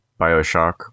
Bioshock